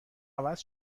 عوض